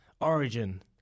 Origin